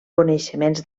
coneixements